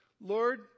Lord